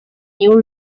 new